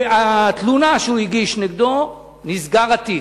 והתלונה שהוא הגיש נגדו, נסגר התיק.